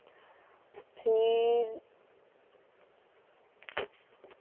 फिर